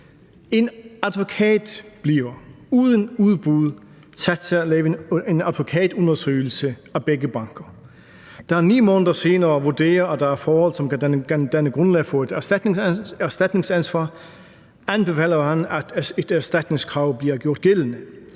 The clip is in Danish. En advokat bliver uden udbud sat til at lave en advokatundersøgelse af begge banker. Da han 9 måneder senere vurderer, at der er forhold, som kan danne grundlag for et erstatningsansvar, anbefaler han, at et erstatningskrav bliver gjort gældende.